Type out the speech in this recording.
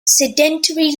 sedentary